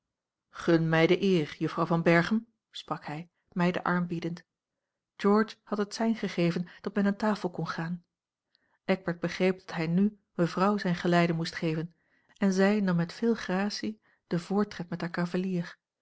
gun mij de eer juffrouw van berchem sprak hij mij den arm biedend george had het sein gegeven dat men aan tafel kon gaan eckbert begreep dat hij n mevrouw zijn geleide moest geven en zij nam met veel gracie den voortred met haar cavalier